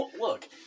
Look